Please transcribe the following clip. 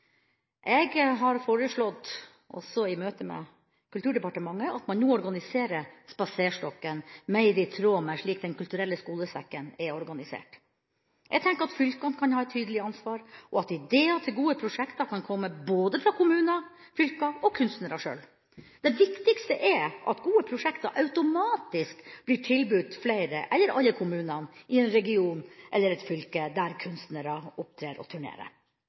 Jeg har foreslått, også i møte med Kulturdepartementet, at man nå organiserer Den kulturelle spaserstokken mer i tråd med slik Den kulturelle skolesekken er organisert. Jeg tenker at fylkene kan ha et tydelig ansvar, og at ideer til gode prosjekter kan komme både fra kommuner, fylker og kunstnerne selv. Det viktigste er at gode prosjekter automatisk blir tilbudt flere eller alle kommunene i en region eller et fylke der kunstnere opptrer og